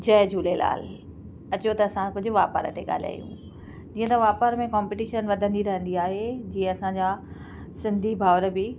जय झूलेलाल अचो त असां कुझु वापार ते ॻाल्हायूं इअं त वापार में कॉम्पिटीशन वधंदी रहंदी आहे जीअं असांजा सिंधी भाउर बि